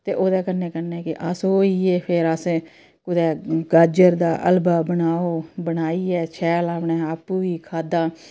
ते ओह्दे कन्नै कन्नै गे अस ओह् होई गे फिर असे कुतै गाजर दा हलवा बनाओ बनाइयै शैल करियै आपूं बी खाद्धा